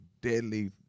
deadly